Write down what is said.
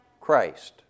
Christ